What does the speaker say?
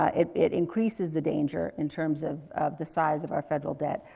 ah it it increases the danger in terms of, of the size of our federal debt.